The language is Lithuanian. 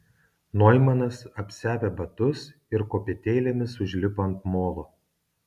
noimanas apsiavė batus ir kopėtėlėmis užlipo ant molo